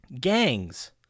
gangs